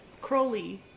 Crowley